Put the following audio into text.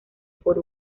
por